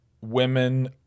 women